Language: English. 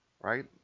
right